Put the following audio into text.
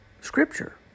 Scripture